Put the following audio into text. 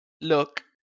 Look